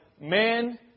men